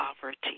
poverty